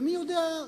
ומי יודע,